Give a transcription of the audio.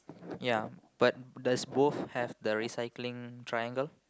ya but does both have the recycling triangle